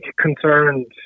concerned